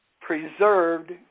preserved